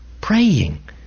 praying